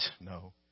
no